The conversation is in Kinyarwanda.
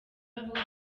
avuga